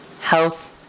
health